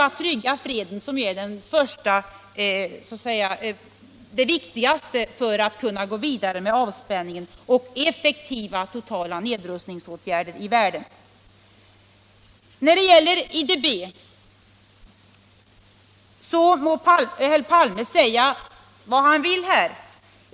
Att trygga freden är det viktigaste för att kunna gå vidare med avspänningen och få till stånd åtgärder för en effektiv och total nedrustning i världen. I fråga om IDB må herr Palme säga vad han vill här.